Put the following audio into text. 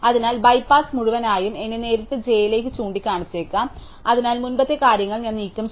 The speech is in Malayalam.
അതിനാൽ ബൈപാസ് മുഴുവനായും എന്നെ നേരിട്ട് jയിലേക്ക് ചൂണ്ടിക്കാണിച്ചേക്കാം അതിനാൽ മുമ്പത്തെ കാര്യങ്ങൾ ഞാൻ നീക്കംചെയ്തു